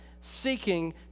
seeking